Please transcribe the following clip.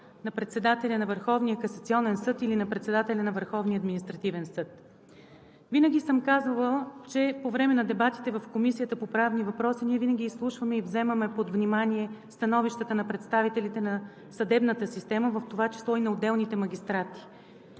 на председателя на Върховния касационен съд или на председателя на Върховния административен съд. Винаги съм казвала, че по време на дебатите в Комисията по правни въпроси ние винаги изслушваме и вземаме под внимание становищата на представителите на съдебната система, в това число и на отделните магистрати,